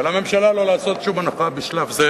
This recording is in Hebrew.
ולממשלה לא לעשות שום הנחה בשלב זה,